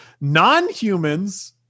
non-humans